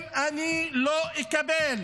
אם אני לא אקבל